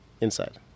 Inside